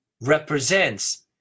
represents